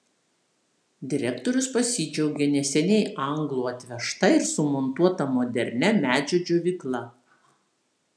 direktorius pasidžiaugė neseniai anglų atvežta ir sumontuota modernia medžio džiovykla